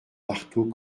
marteau